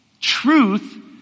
truth